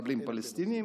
"מחבלים פלסטיניים",